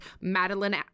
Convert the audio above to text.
Madeline